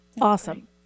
awesome